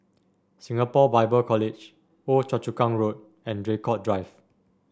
Singapore Bible College Old Choa Chu Kang Road and Draycott Drive